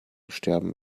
sterben